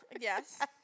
yes